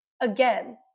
Again